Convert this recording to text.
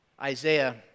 Isaiah